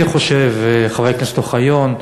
אני חושב, חבר הכנסת אוחיון,